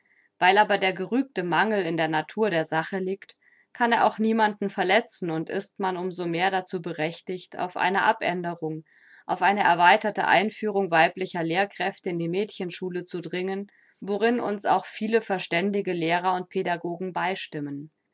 weil aber der gerügte mangel in der natur der sache liegt kann er auch niemanden verletzen und ist man um so mehr dazu berechtigt auf eine abänderung auf eine erweiterte einführung weiblicher lehrkräfte in die mädchenschule zu dringen worin uns auch viele verständige lehrer und pädagogen beistimmen